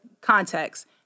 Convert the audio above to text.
context